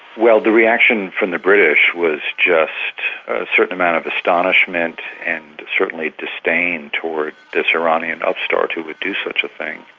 well the reaction from the british was just a certain amount of astonishment and certainly disdain towards this iranian upstart who would do such a thing.